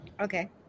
Okay